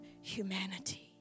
humanity